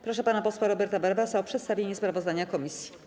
Proszę pana posła Roberta Warwasa o przedstawienie sprawozdania komisji.